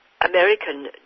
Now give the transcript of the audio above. American